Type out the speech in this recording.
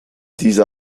diese